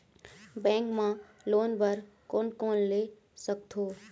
Bank मा loan बर कोन कोन ले सकथों?